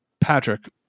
Patrick